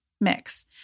mix